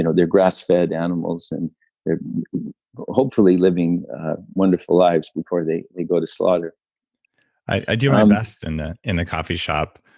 you know they're grass-fed animals and they're hopefully living wonderful lives before they they go to slaughter i do my um best and in the coffee shop.